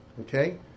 Okay